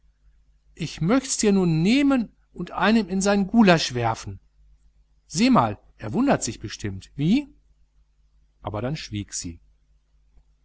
ich möchts dir nu nehmen und einem in sein gulasch werfen seh mal er wundert sich bestimmt wie aber dann schwieg sie